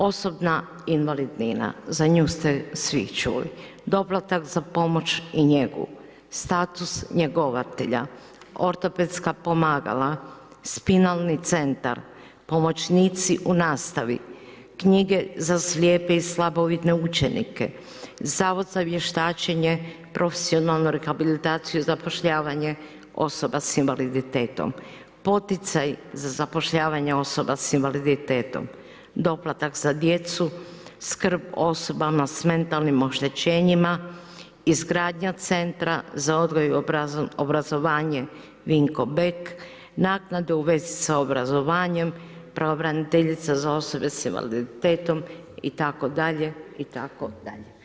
Osobna invalidnina, za nju ste vi čuli, doplatak za pomoć i njegu, status njegovatelja, ortopedska pomagala, spinalni centar, pomoćnici u nastavi, knjige za slijepe i slabovidne učenike, Zavod za vještačenje, profesionalnu rehabilitaciju i zapošljavanje osoba sa invaliditetom, poticaj za zapošljavanje osoba sa invaliditetom, doplatak za djecu, skrb osobama sa mentalnim oštećenjima, izgradnja centra za odgoj i obrazovanje Vinko Bek, naknade u vezi sa obrazovanjem, pravobraniteljica za osobe sa invaliditetom, itd., itd.